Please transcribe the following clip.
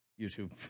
YouTube